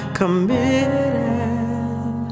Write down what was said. committed